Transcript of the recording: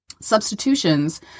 Substitutions